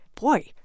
boy